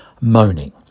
moaning